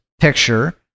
picture